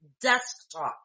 Desktop